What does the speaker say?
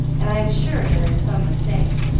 and i am sure there is some mistake.